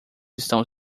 estão